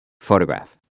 photograph